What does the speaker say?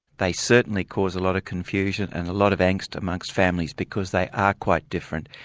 they certainly cause a lot of confusion and a lot of angst amongst families because they are quite different.